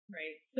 right